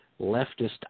leftist